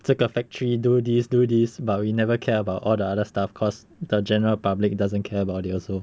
这个 factory do this do this but we never care about all the other stuff cause the general public doesn't care about it also